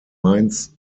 mainz